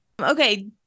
okay